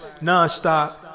nonstop